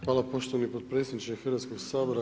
Hvala poštovani potpredsjedniče Hrvatskoga sabora.